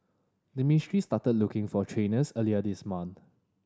the ministry started looking for trainers earlier this month